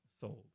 sold